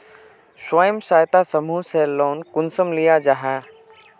स्वयं सहायता समूह से लोन कुंसम लिया जाहा?